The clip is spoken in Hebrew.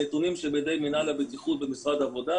הנתונים שבידי מינהל הבטיחות במשרד העבודה